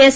yes